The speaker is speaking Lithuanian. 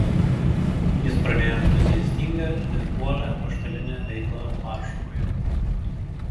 jis pradėjo entuziastingą ir uolią apaštalinę veiklą varšuvoje